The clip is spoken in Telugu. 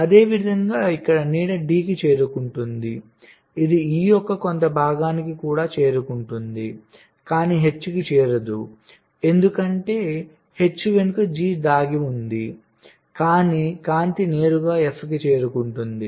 అదేవిధంగా ఇక్కడ నీడ D కి చేరుకుంటుంది ఇది E యొక్క కొంత భాగానికి కూడా చేరుకుంటుంది కానీ H కి చేరదు ఎందుకంటే H వెనుక G దాగి ఉంది కానీ కాంతి నేరుగా F కి చేరుకుంటుంది